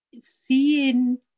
seeing